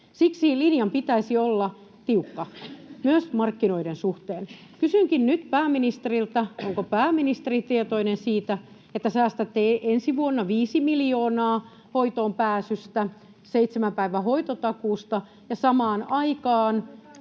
Siksi linjan pitäisi olla tiukka, myös markkinoiden suhteen. Kysynkin nyt pääministeriltä: onko pääministeri tietoinen siitä, että säästätte ensi vuonna viisi miljoonaa hoitoon pääsystä, seitsemän päivän hoitotakuusta, ja samaan aikaan